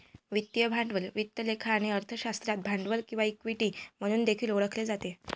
वित्तीय भांडवल वित्त लेखा आणि अर्थशास्त्रात भांडवल किंवा इक्विटी म्हणून देखील ओळखले जाते